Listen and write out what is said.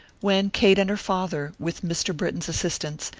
when kate and her father, with mr. britton's assistance,